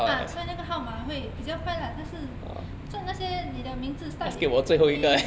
ah 所以那个号码会比较快啦但是中那些你的名字 start with A 的